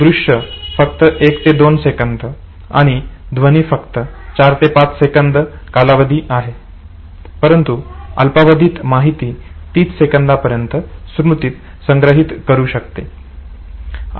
दृश्य फक्त 1 ते 2 सेकंद आणि ध्वनी फक्त 4 ते 5 सेकंद कालावधी आहे परंतु अल्पावधीत माहिती 30 सेकंदांपर्यंत स्मृतीत संग्रहित करू शकते